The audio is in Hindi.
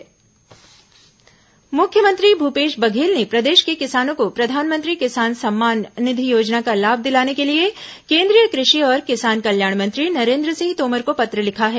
सीएम पत्र मुख्यमंत्री भूपेश बघेल ने प्रदेश के किसानों को प्रधानमंत्री किसान सम्मान निधि योजना का लाभ दिलाने के लिए केंद्रीय कृषि और किसान कल्याण मंत्री नरेन्द्र सिंह तोमर को पत्र लिखा है